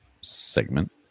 segment